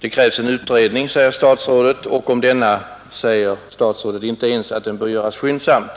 Det krävs en utredning, säger statsrådet, och om denna säger statsrådet inte ens att den bör göras skyndsamt.